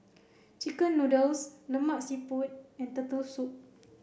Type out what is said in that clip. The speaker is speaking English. chicken noodles Lemak Siput and turtle soup